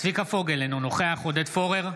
צביקה פוגל, אינו נוכח עודד פורר,